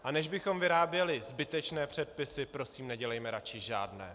A než bychom vyráběli zbytečné předpisy, prosím, nedělejme radši žádné.